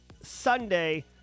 sunday